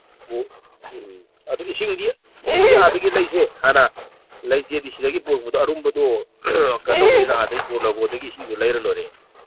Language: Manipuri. ꯎꯝ ꯑꯗꯨ ꯏꯁꯤꯡꯗꯤ ꯏꯁꯤꯡꯗꯤ ꯑꯥꯗꯒꯤ ꯂꯩꯁꯦ ꯍꯥꯟꯅ ꯂꯩꯁꯦꯗꯤ ꯁꯤꯗꯒꯤ ꯄꯨꯔꯛꯄꯗꯣ ꯑꯔꯨꯝꯕꯗꯣ ꯀꯩꯅꯣ ꯇꯧꯕꯤꯅ ꯑꯥꯗꯒꯤ ꯒꯣꯔꯅꯒꯣꯔꯗꯒꯤ ꯏꯁꯤꯡꯗꯣ ꯂꯩꯔ ꯂꯣꯏꯔꯦ